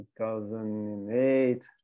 2008